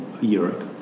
Europe